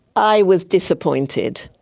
i was disappointed,